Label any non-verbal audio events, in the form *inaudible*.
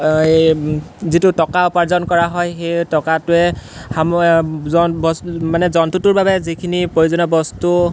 এই যিটো টকা উপাৰ্জন কৰা হয় সেই টকাটোৱে *unintelligible* বস্তু মানে জন্তুটোৰ বাবে যিখিনি প্ৰয়োজনীয় বস্তু